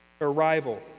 arrival